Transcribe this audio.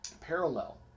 parallel